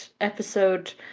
episode